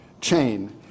chain